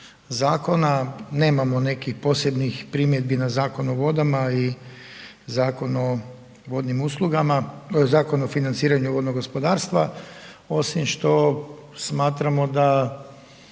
zakona, nemamo nekih posebnih primjedbi na Zakon o vodama i Zakon o vodnim uslugama, Zakon o financiranju vodnog gospodarstva osim što smatramo da